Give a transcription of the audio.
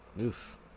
Oof